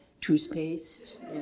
toothpaste